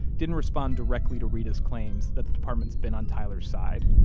didn't respond directly to reta's claims that the department's been on tyler's side,